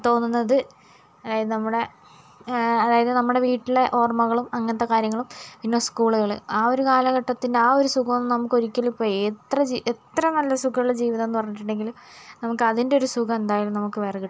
തോന്നുന്നത് അതായത് നമ്മുടെ അതായത് നമ്മുടെ വീട്ടിലെ ഓർമ്മകളും അങ്ങനത്തെ കാര്യങ്ങളും പിന്നെ സ്കൂളുകൾ ആ ഒരു കാലഘട്ടത്തിൻ്റെ ആ ഒരു സുഖം ഒന്നും നമുക്ക് ഒരിക്കലും ഇപ്പോൾ എത്ര എത്ര നല്ല സുഖമുള്ള ജീവിതം എന്ന് പറഞ്ഞിട്ടുണ്ടെങ്കിലും നമുക്ക് അതിൻ്റെ ഒരു സുഖം എന്തായാലും നമുക്ക് വേറെ കിട്ടില്ല